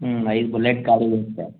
ಹ್ಞೂ ಐದು ಬುಲೆಟ್ ಗಾಡಿ